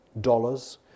dollars